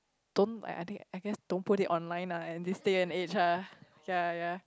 don't I I think I guess don't put it online ah at this day and age ah ya ya